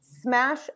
smash